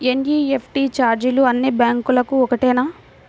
NEFT ఛార్జీలు అన్నీ బ్యాంక్లకూ ఒకటేనా?